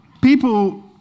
people